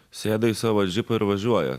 sėda į savo džipą ir važiuoja